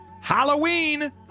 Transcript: Halloween